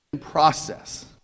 process